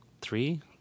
three